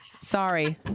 Sorry